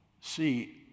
See